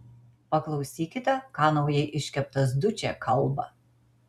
paklausykite ką naujai iškeptas dučė kalba